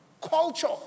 Culture